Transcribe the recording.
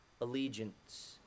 allegiance